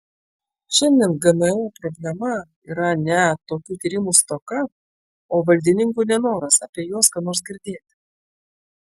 šiandien gmo problema yra ne tokių tyrimų stoka o valdininkų nenoras apie juos ką nors girdėti